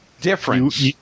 difference